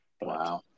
Wow